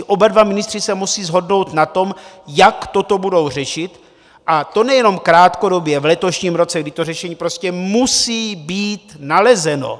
Oba dva ministři se musí shodnout na tom, jak toto budou řešit, a to nejenom krátkodobě, v letošním roce, kdy to řešení prostě musí být nalezeno!